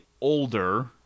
older